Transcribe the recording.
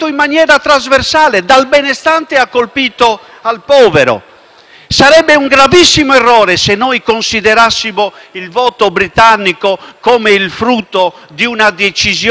Sarebbe un gravissimo errore considerare il voto britannico come il frutto di una decisione scriteriata.